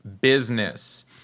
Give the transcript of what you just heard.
Business